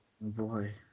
Boy